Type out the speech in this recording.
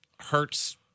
hurts